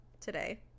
today